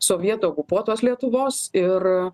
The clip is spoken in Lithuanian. sovietų okupuotos lietuvos ir